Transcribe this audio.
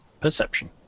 perception